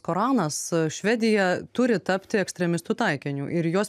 koranas švedija turi tapti ekstremistų taikiniu ir į jos